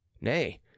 Nay